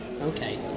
Okay